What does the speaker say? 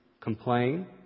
complain